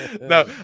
no